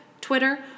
Twitter